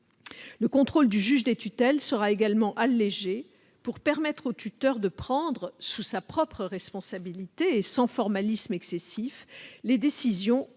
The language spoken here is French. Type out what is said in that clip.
Le contrôle du juge des tutelles sera également allégé pour permettre au tuteur de prendre, sous sa propre responsabilité et sans formalisme excessif, les décisions concernant